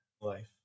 life